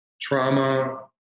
trauma